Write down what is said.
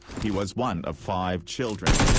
he was one of five children.